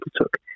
took